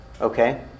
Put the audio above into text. Okay